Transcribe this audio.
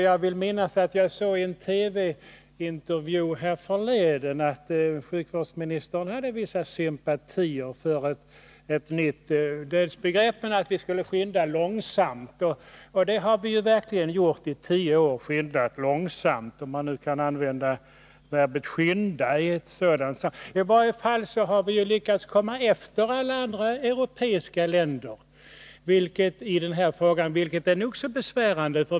Jag vill minnas att jag i en TV-intervju härförleden såg att sjukvårdsministern hade vissa sympatier för att införa ett nytt dödsbegrepp men ansåg att vi borde skynda långsamt. Men skyndat långsamt har vi verkligen gjort —i tio år —, om man kan använda verbet skynda i ett sådant sammanhang. I varje fall har vi lyckats komma efter alla andra europeiska länder i den här frågan, vilket är besvärande.